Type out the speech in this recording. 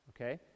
okay